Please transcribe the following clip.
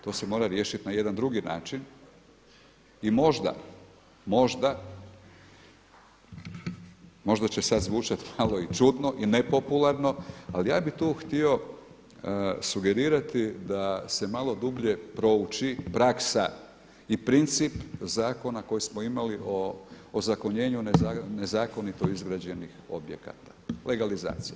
To se mora riješiti na jedan drugi način i možda, možda će sad zvučati malo čudno i nepopularno, ali ja bih tu htio sugerirati da se malo dublje prouči praksa i princip zakona koji smo imali o ozakonjenju nezakonito izgrađenih objekata legalizacija.